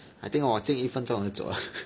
I think 我进一分钟我就走了